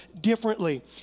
differently